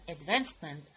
advancement